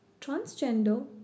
transgender